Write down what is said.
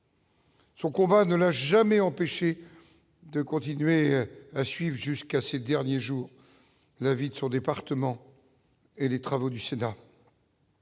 Son combat ne l'a jamais empêchée de continuer à suivre jusqu'à ces derniers jours la vie de son département et les travaux du Sénat.